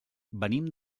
venim